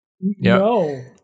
No